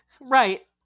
Right